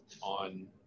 on